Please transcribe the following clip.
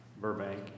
Burbank